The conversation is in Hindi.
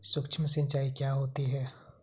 सुक्ष्म सिंचाई क्या होती है?